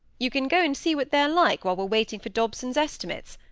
you can go and see what they're like while we're waiting for dobson's estimates,